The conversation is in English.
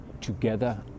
together